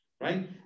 Right